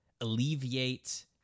alleviate